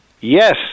Yes